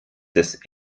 des